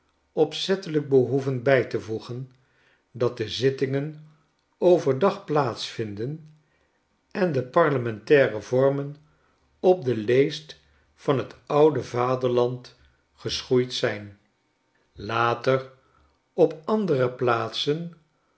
opzettelijk behoeven bij te voegen dat de zittingen over dag plaats vinden en de parlementaire vormen op deleest van t oude vaderland geschoeid zijn later op andere plaatsen